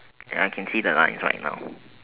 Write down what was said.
ya can see the lines right now